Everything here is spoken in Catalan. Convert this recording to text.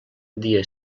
dia